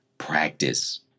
practice